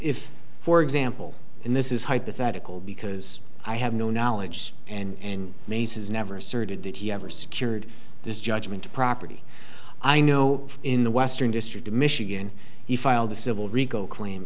for example and this is hypothetical because i have no knowledge and maces never asserted that he ever secured this judgment property i know in the western district of michigan he filed a civil rico claim